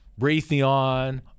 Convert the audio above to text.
Raytheon